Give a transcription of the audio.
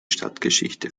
stadtgeschichte